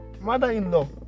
mother-in-law